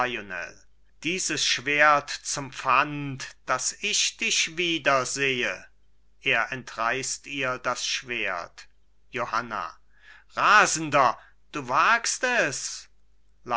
dieses schwert zum pfand daß ich dich wiedersehe er entreißt ihr das schwert johanna rasender du wagst es